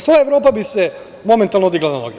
Sva Evropa bi se momentalno digla na noge.